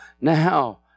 now